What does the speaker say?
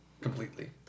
Completely